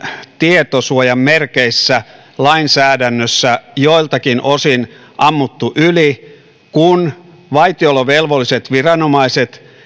tietosuojan merkeissä lainsäädännössä joiltakin osin ammuttu yli kun vaitiolovelvolliset viranomaiset